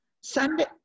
Sunday